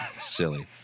Silly